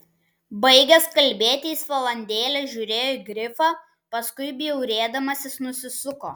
baigęs kalbėti jis valandėlę žiūrėjo į grifą paskui bjaurėdamasis nusisuko